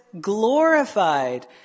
glorified